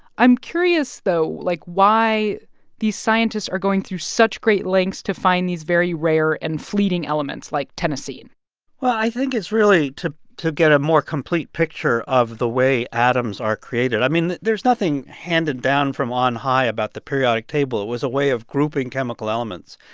i'm curious, though, like, why these scientists are going through such great lengths to find these very rare and fleeting elements like tennessine well, i think it's really to to get a more complete picture of the way atoms are created. i mean, there's nothing handed down from on high about the periodic table. it was a way of grouping chemical elements.